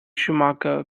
schumacher